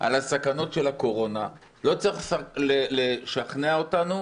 על הסכנות של הקורונה, לא צריך לשכנע אותנו